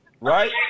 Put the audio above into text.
Right